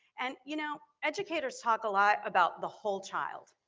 and, you know, educators talk a lot about the whole child.